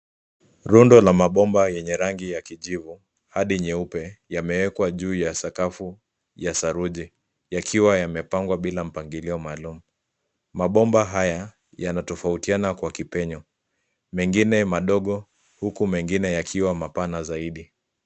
Rundo la mabomba yenye rangi ya kijivu, hadi nyeupe, yameekwa juu ya sakafu ya saruji. Yakiwa yamepangwa bila mpangilio maalum. Mabomba haya, yanatofautiana kwa kipenyo. Mengine madogo, huku mengine yakiwa mapana zaidi.